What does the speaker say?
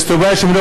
ושנת אושר ושלווה